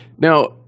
Now